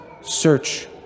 search